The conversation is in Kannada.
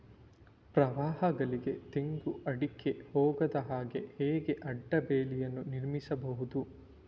ಪ್ರವಾಹಗಳಿಗೆ ತೆಂಗು, ಅಡಿಕೆ ಹೋಗದ ಹಾಗೆ ಹೇಗೆ ಅಡ್ಡ ಬೇಲಿಯನ್ನು ನಿರ್ಮಿಸಬಹುದು?